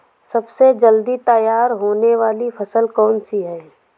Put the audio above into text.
सबसे जल्दी तैयार होने वाली फसल कौन सी है?